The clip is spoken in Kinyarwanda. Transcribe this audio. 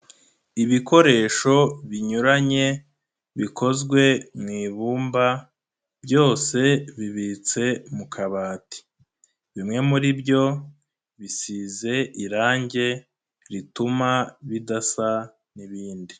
Ibikoresho binyuranye bikozwe mu ibumba byose bibitse mu kabati, bimwe muri byo bisize irange rituma bidasa n'ibindi.